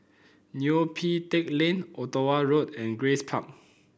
Neo Pee Teck Lane Ottawa Road and Grace Park